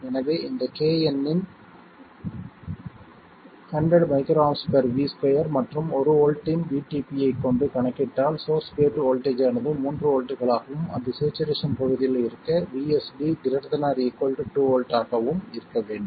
எனவே இந்த Kn இன் 100 µAV2 மற்றும் 1 வோல்ட்டின் VTP ஐக் கொண்டு கணக்கிட்டால் சோர்ஸ் கேட் வோல்ட்டேஜ் ஆனது 3 வோல்ட்டுகளாகவும் அது ஸ்சேச்சுரேசன் பகுதியில் இருக்க VSD ≥ 2 V ஆகவும் இருக்க வேண்டும்